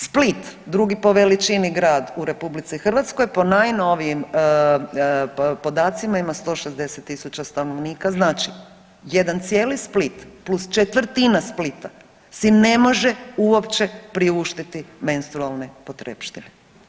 Split, drugi po veličini grad u RH po najnovijim podacima ima 160.000 stanovnika znači jedan cijeli Split plus četvrtina Splita si ne može uopće priuštiti menstrualne potrepštine.